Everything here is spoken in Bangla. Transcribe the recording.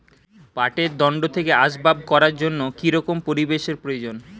পাটের দণ্ড থেকে আসবাব করার জন্য কি রকম পরিবেশ এর প্রয়োজন?